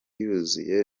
yuzuye